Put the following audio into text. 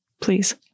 please